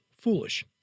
foolish